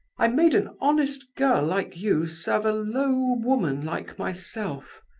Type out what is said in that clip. i made an honest girl like you serve a low woman like myself.